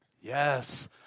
Yes